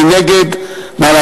מי נגד?